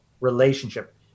relationship